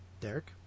Derek